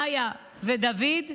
מאיה ודוד,